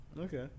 Okay